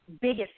biggest